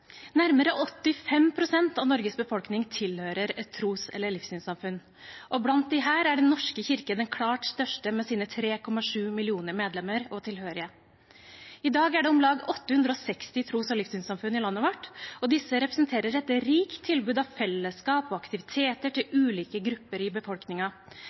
Nærmere 85 pst. av Norges befolkning tilhører et tros- eller livssynssamfunn. Blant disse er Den norske kirke det klart største med sine 3,7 millioner medlemmer og tilhørige. I dag er det om lag 860 tros- og livssynssamfunn i landet vårt, og disse representerer et rikt tilbud av fellesskap og aktiviteter til ulike grupper i